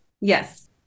yes